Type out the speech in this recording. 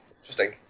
interesting